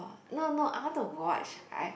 no no I want to watch I